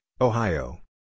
Ohio